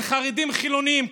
זה חרדים וחילונים.